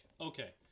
Okay